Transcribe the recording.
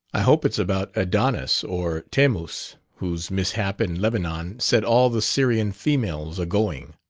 i hope it's about adonis, or thammuz, whose mishap in lebanon set all the syrian females a-going.